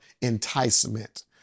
enticement